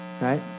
right